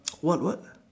what what